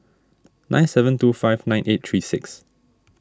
nine seven two five nine eight three six